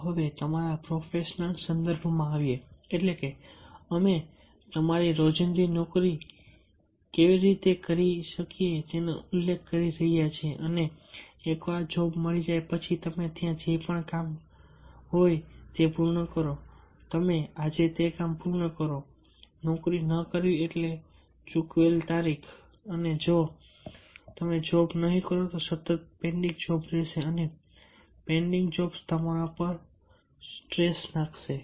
ચાલો હવે તમારા પ્રોફેશનલ સંદર્ભમાં આવીએ એટલે કે અમે તમારી રોજિંદી નોકરી કેવી રીતે કરી શકીએ તેનો ઉલ્લેખ કરી રહ્યા છીએ અને એકવાર જોબ મળી જાય પછી તમે ત્યાં જે પણ કામ હોય તે પૂર્ણ કરો તમે આજે તે જ કામ પૂર્ણ કરો નોકરી ન કરવી એટલે ચૂકવેલ તારીખ અને જો તમે જોબ નહીં કરો તો સતત પેન્ડિંગ જોબ્સ રહેશે અને પેન્ડિંગ જોબ્સ તમારા પર સ્ટ્રેસ નાખશે